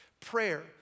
Prayer